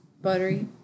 buttery